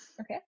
okay